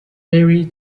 vary